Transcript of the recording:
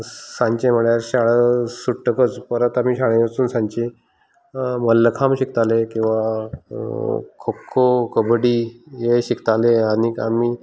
सांजचें म्हळ्यार शाळा सुट्टकच परत आमी शाळेंत वसून सांजचे मल्लखांब शिकताले किंवां खो खो कब्बडी हे शिकताले आनीक आमी